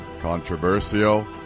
Controversial